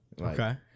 Okay